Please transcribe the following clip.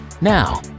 Now